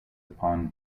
upon